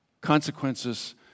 Consequences